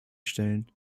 stellen